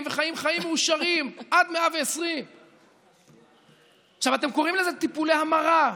וחיים חיים מאושרים עד 120. אתם קוראים לזה "טיפולי המרה"